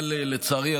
אבל לצערי,